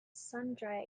sundry